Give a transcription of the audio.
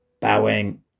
bowing